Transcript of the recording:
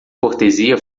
cortesia